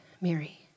Mary